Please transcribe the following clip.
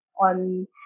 on